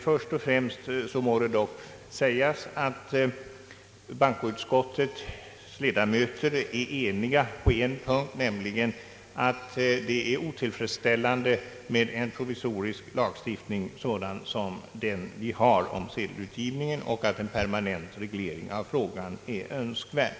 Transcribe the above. Först må det dock sägas att bankoutskottets ledamöter är eniga på en punkt, nämligen att det är otillfredsställande med en sådan provisorisk lagstiftning som den vi har om sedelutgivningen och att en permanent reglering av frågan är önskvärd.